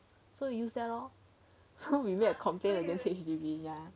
so we use that lor so we made a complaint against H_D_B ya